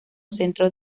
centro